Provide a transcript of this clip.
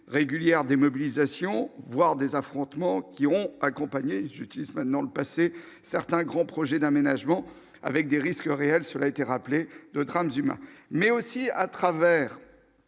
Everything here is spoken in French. régulière démobilisation, voire des affrontements qui ont accompagné utilise maintenant le passé certains grands projets d'aménagement avec des risques réels sur l'a été rappelé le drame du mais aussi à travers